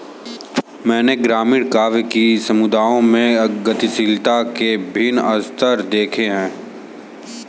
मैंने ग्रामीण काव्य कि समुदायों में गतिशीलता के विभिन्न स्तर देखे हैं